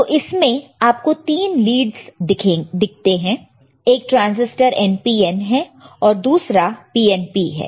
तो इसमें आपको तीन लीडस दिखते हैं एक ट्रांसिस्टर NPN है और दूसरा PNP है